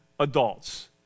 Adults